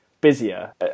busier